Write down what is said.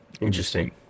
Interesting